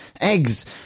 eggs